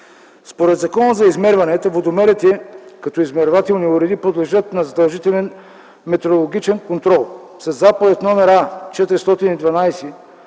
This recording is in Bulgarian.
Според Закона за измерванията водомерите, като измервателни уреди, подлежат на задължителен метрологичен контрол. Със Заповед № А-412